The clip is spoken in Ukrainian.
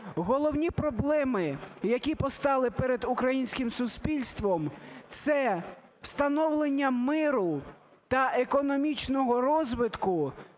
головні проблеми, які постали перед українським суспільством, – це встановлення миру та економічного розвитку,